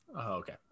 okay